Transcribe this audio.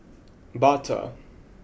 Bata